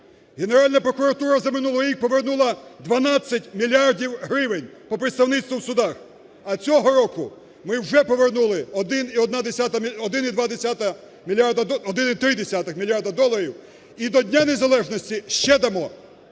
Генеральна прокуратура за минулий рік повернула 12 мільярдів гривень по представництву в судах, а цього року ми вже повернули 1,2 мільярди … 1,3 мільярди доларів, і до Дня незалежності ще дамо.